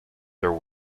there